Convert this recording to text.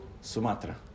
Sumatra